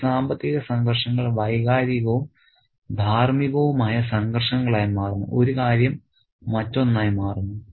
ഈ സാമ്പത്തിക സംഘർഷങ്ങൾ വൈകാരികവും ധാർമ്മികവുമായ സംഘർഷങ്ങളായി മാറുന്നു ഒരു കാര്യം മറ്റൊന്നായി മാറുന്നു